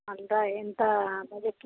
అంత ఎంత బడ్జెటు